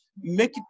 make